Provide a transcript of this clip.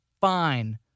fine